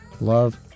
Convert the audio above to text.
love